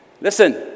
Listen